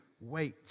wait